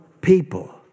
people